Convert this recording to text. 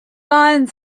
fine